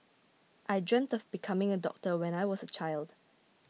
I dreamt of becoming a doctor when I was a child